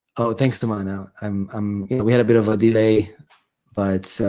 oh thanks, timana. um um we had a bit of a delay but